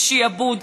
בשעבוד.